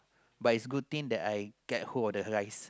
but is good thing that I get hold of the rice